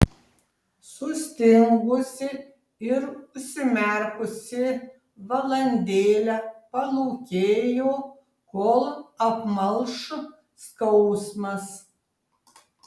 sustingusi ir užsimerkusi valandėlę palūkėjo kol apmalš skausmas